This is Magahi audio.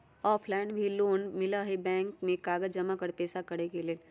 ऑफलाइन भी लोन मिलहई बैंक में कागज जमाकर पेशा करेके लेल?